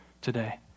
today